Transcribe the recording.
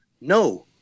No